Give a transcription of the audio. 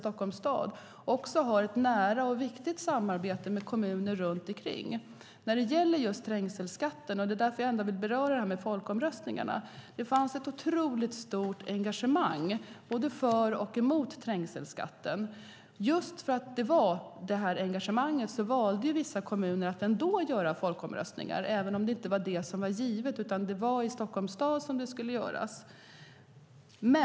Det gäller oavsett om det är en enskild kommun, som i det här fallet Stockholms stad, som interpellationen gäller. Det är därför som jag vill beröra detta med folkomröstningarna. Det fanns ett otroligt stort engagemang både för och emot trängselskatten. Just för att det var detta engagemang valde vissa kommuner att ändå göra folkomröstningar även om det inte var givet. Det var i Stockholms stad som det skulle göras.